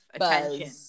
attention